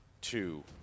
two